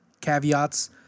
caveats